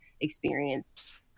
experience